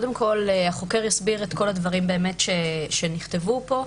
קודם כול, החוקר יסביר את כל הדברים שנכתבו פה.